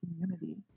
community